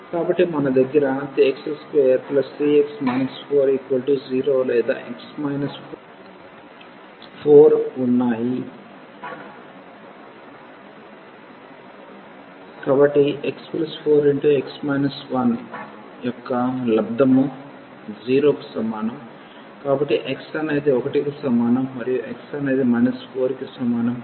కాబట్టి మన దగ్గర x23x 40 లేదా x మైనస్ 4 ఉన్నాయి కాబట్టి x4x 1 యొక్క లబ్దము 0 కి సమానం కాబట్టి x అనేది 1 కి సమానం మరియు x అనేది 4 కి సమానం